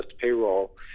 payroll